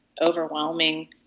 overwhelming